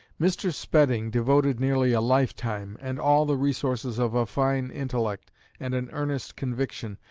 mr. spedding devoted nearly a lifetime, and all the resources of a fine intellect and an earnest conviction,